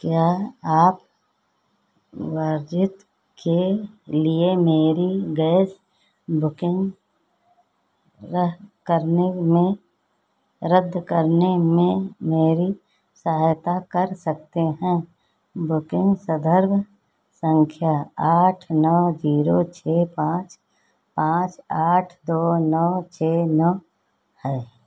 क्या आप के लिए मेरी गैस बुकिन्ग करने में रद्द करने में मेरी सहायता कर सकते हैं बुकिन्ग सन्दर्भ सँख्या आठ नौ ज़ीरो छह पाँच पाँच आठ दो नौ छह नौ है